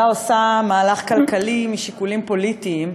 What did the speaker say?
עושה מהלך כלכלי משיקולים פוליטיים,